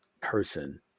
person